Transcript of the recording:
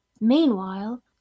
Meanwhile